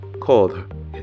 called